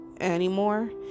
anymore